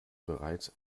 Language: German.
bereits